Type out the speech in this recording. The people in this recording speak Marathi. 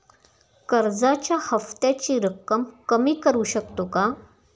कर्जाच्या हफ्त्याची रक्कम कमी करू शकतो का?